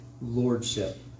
lordship